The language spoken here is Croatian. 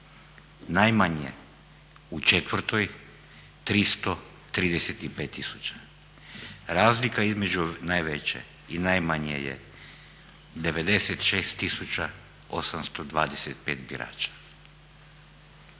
najmanje u 4.-oj 335 tisuća. Razlika između najveće i najmanje je 96 tisuća 825 birača.